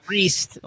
Priest